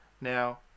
now